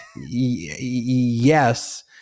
yes